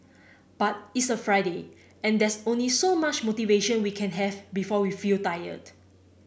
but it's a Friday and there's only so much motivation we can have before we feel tired